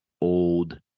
old